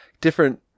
different